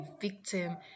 victim